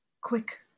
quick